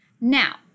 Now